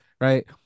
right